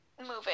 Moving